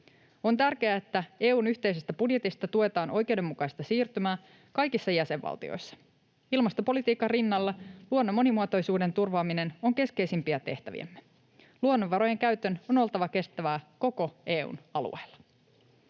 On tärkeää, että EU:n yhteisestä budjetista tuetaan oikeudenmukaista siirtymää kaikissa jäsenvaltioissa. Ilmastopolitiikan rinnalla luonnon monimuotoisuuden turvaaminen on keskeisimpiä tehtäviämme. Luonnonvarojen käytön on oltava kestävää koko EU:n alueella.